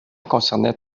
concernait